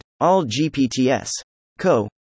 AllGPTS.Co